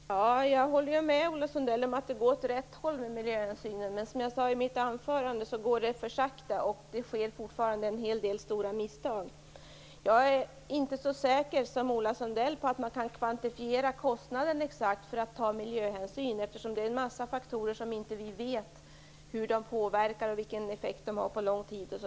Fru talman! Jag håller med Ola Sundell om att det går åt rätt håll med miljöhänsynen. Men det går för sakta, som jag sade i mitt anförande, och det sker fortfarande en hel del stora misstag. Jag är inte så säker som Ola Sundell på att man kan kvantifiera kostnaden exakt för att ta miljöhänsyn, eftersom det finns en massa faktorer som vi inte vet hur de påverkar och vilken effekt de har på lång tid.